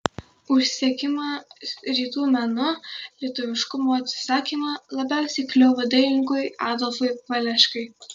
už sekimą rytų menu lietuviškumo atsisakymą labiausiai kliuvo dailininkui adolfui valeškai